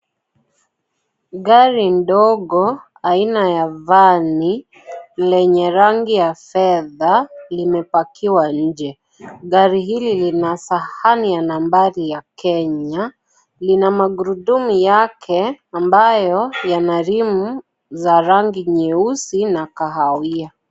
Gari ndogo aina ya vani lenye rangi ya fedha limepakiwa nje, gari hili lina sahani ya nambari ya Kenya lina magurudumu yake ambayo yana rimu za rangi nyeusi na kahawia.